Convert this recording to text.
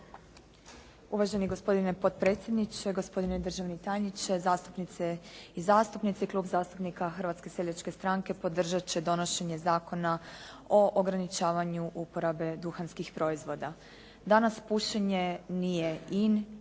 Uvaženi gospodine potpredsjedniče, gospodine državni tajniče, zastupnice i zastupnici. Klub zastupnika Hrvatske seljačke stranke podržat će donošenje Zakona o ograničavanju uporabe duhanskih proizvoda. Danas pušenje nije "in"